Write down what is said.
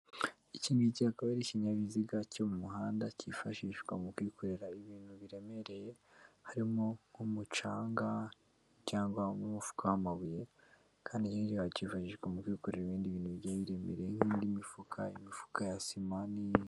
Iki ngiki akaba ari ikinyabiziga cyo mu muhanda cyifashishwa mu kwikorera ibintu biremereye, harimo nk'umucanga cyangwa umufuka w'amabuye, kandi icyo ngicyo wakifashisha mu kwikorera ibindi bintu bigiye biremereye, nk'indi mifuka, imifuka ya sima n'iyindi.